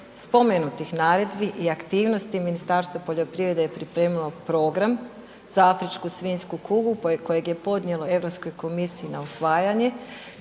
spomenutih naredbi i aktivnosti Ministarstvo poljoprivrede je pripremilo program za afričku svinjsku kugu kojeg je podnijelo Europskoj komisiji na usvajanje